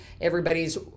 everybody's